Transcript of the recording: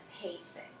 pacing